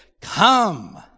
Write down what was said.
Come